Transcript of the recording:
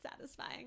satisfying